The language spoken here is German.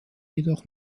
jedoch